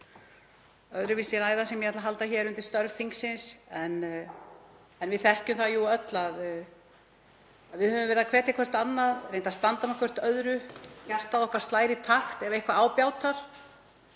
öðruvísi ræðan sem ég ætla að halda hér undir störfum þingsins. Við þekkjum það jú öll að við höfum verið að hvetja hvert annað og reynt að standa hvert með öðru. Hjarta okkar slær í takt ef eitthvað bjátar